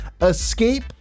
Escape